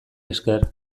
esker